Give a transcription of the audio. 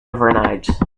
overnight